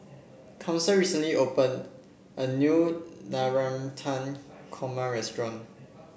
Council recently opened a new Navratan Korma restaurant